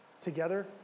together